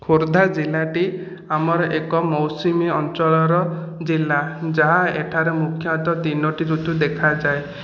ଖୋର୍ଦ୍ଧା ଜିଲ୍ଲାଟି ଆମର ଏକ ମୌସୁମୀ ଅଞ୍ଚଳର ଜିଲ୍ଲା ଯାହା ଏଠାରେ ମୁଖ୍ୟତଃ ତିନୋଟି ଋତୁ ଦେଖାଯାଏ